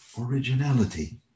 originality